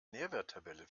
nährwerttabelle